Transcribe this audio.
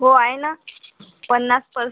हो आहे ना पन्नास पर्सेंट